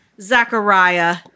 Zachariah